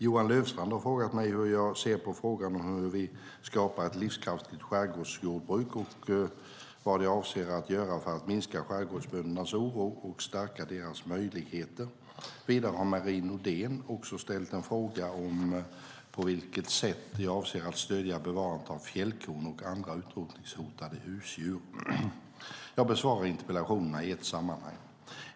Johan Löfstrand har frågat mig hur jag ser på frågan om hur vi skapar ett livskraftigt skärgårdsjordbruk och vad jag avser att göra för att minska skärgårdsböndernas oro och stärka deras möjligheter. Vidare har Marie Nordén också ställt en fråga om på vilket sätt jag avser att stödja bevarandet av fjällkon och andra utrotningshotade husdjur. Jag besvarar interpellationerna i ett sammanhang.